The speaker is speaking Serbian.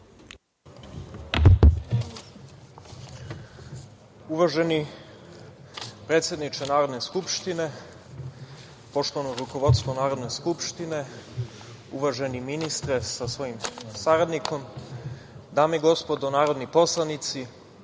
Uvaženi predsedniče Narodne skupštine, poštovano rukovodstvo Narodne skupštine, uvaženi ministre sa svojim saradnikom, dame i gospodo narodni poslanici,